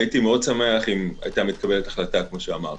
הייתי מאוד שמח אם היתה מתקבלת החלטה כפי שאמרתי.